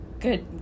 good